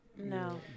No